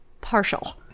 partial